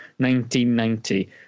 1990